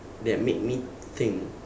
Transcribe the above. that make me think